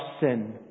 sin